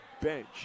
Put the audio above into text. bench